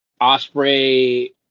Osprey